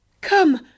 come